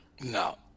No